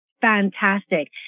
fantastic